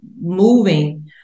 moving